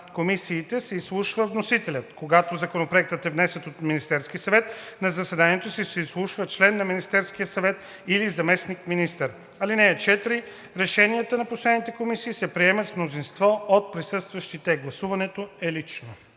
комисиите се изслушва вносителят. Когато законопроектът е внесен от Министерския съвет, на заседанието се изслушва член на Министерския съвет или заместник-министър. (4) Решенията на постоянните комисии се приемат с мнозинство от присъстващите. Гласуването е лично.“